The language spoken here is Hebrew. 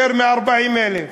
יותר מ-40,000.